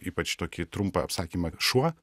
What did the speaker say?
ypač tokį trumpą apsakymą šuo